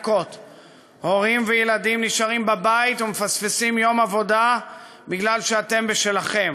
הורים וילדים נשארים בבית ומפספסים יום עבודה בגלל שאתם בשלכם.